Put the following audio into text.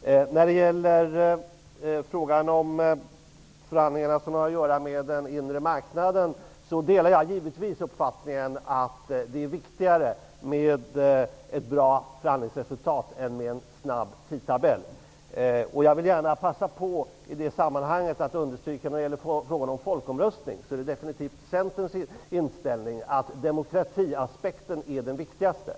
Vidare har vi frågan om förhandlingarna som gäller den inre marknaden. Jag delar givetvis uppfattningen att det är viktigare med ett bra förhandlingsresultat än med en snabb tidtabell. Jag vill gärna i det sammanhanget understryka att det i fråga om folkomröstningen är Centerns uppfattning att demokratiaspekten är viktigast.